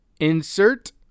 Insert